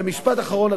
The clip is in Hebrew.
ומשפט אחרון,